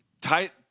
tight